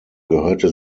gehörte